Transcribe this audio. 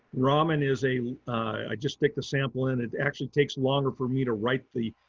raman is a, i just pick the sample and it actually takes longer for me to write the,